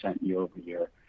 year-over-year